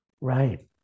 Right